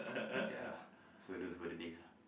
ya so those were the days ah